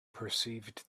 perceived